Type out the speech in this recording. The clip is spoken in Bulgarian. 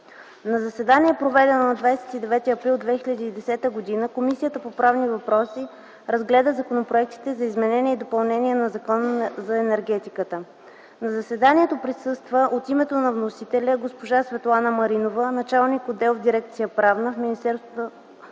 На заседание, проведено на 29 април 2010 г., Комисията по правни въпроси разгледа законопроектите за изменение и допълнение на Закона за енергетиката. На заседанието от името на вносителя присъства госпожа Светлана Маринова – началник-отдел в дирекция „Правна” в Министерството